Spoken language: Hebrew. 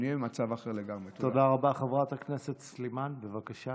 תודה, חבר הכנסת יעקב מרגי.